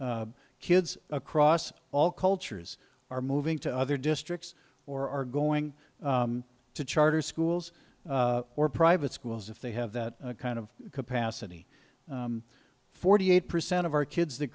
kids across all cultures are moving to other districts or are going to charter schools or private schools if they have that kind of capacity forty eight percent of our kids that